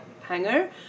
hanger